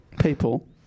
People